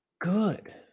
good